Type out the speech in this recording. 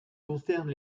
concerne